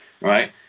right